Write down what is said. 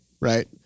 right